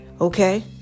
okay